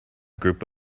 group